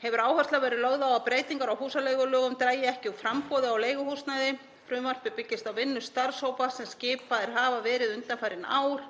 Hefur áhersla verið lögð á að breytingar á húsaleigulögum dragi ekki úr framboði á leiguhúsnæði. Frumvarpið byggist á vinnu starfshópa sem skipaðir hafa verið undanfarin ár